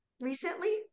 recently